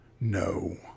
No